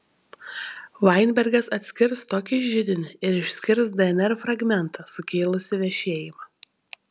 vainbergas atskirs tokį židinį ir išskirs dnr fragmentą sukėlusį vešėjimą